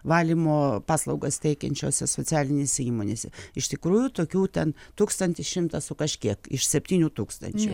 valymo paslaugas teikiančiose socialinėse įmonėse iš tikrųjų tokių ten tūkstantis šimtas su kažkiek iš septynių tūkstančių